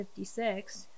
56